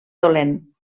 dolent